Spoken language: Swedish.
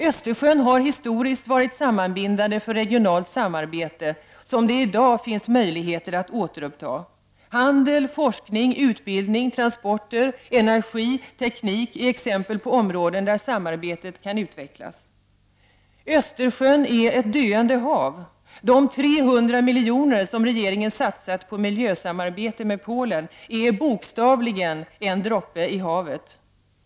Östersjön har historiskt varit sammanbindande för regionalt samarbete som det i dag finns möjligheter att återuppta. Handel, forskning, utbildning, transporter, energi och teknik är exempel på områden där samarbetet kan utvecklas. Östersjön är ett döende hav. De 300 miljoner som regeringen satsat på miljösamarbete med Polen är bokstavligen en droppe i havet.